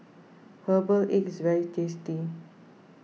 Herbal Egg is very tasty